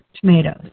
tomatoes